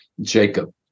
Jacob